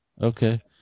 okay